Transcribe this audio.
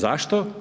Zašto?